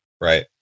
right